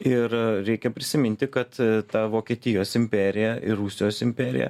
ir reikia prisiminti kad ta vokietijos imperija ir rusijos imperija